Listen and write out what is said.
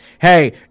hey